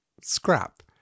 scrap